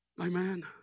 Amen